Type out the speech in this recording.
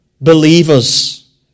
believers